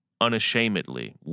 unashamedly